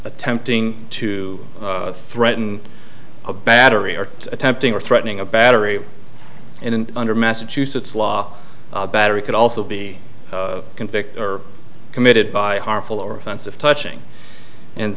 attempting to threaten a battery or attempting or threatening a battery in an under massachusetts law battery could also be convicted or committed by harmful or offensive touching and